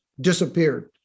disappeared